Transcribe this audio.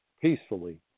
peacefully